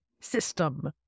system